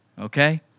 okay